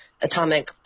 atomic